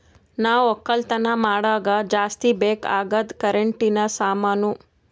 ನಾವ್ ಒಕ್ಕಲತನ್ ಮಾಡಾಗ ಜಾಸ್ತಿ ಬೇಕ್ ಅಗಾದ್ ಕರೆಂಟಿನ ಸಾಮಾನು